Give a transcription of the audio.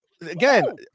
Again